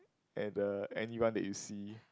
at the anyone that you see